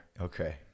Okay